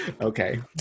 okay